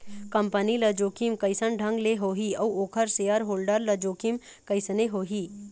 Company ल जोखिम कइसन ढंग ले होही अउ ओखर सेयर होल्डर ल जोखिम कइसने होही?